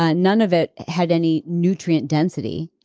ah none of it had any nutrient density.